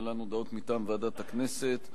להלן הודעות מטעם ועדת הכנסת,